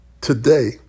Today